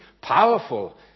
Powerful